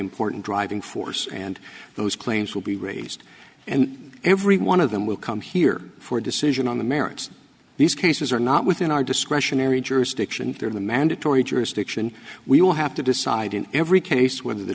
important driving force and those claims will be raised and every one of them will come here for a decision on the merits of these cases are not within our discretionary jurisdiction they're in the mandatory jurisdiction we will have to decide in every case